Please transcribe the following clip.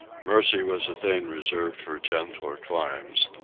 mercy was a thing reserved for gentler climes.